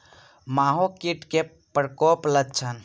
माहो कीट केँ प्रकोपक लक्षण?